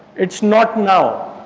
it is not now.